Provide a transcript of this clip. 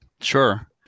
Sure